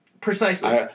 Precisely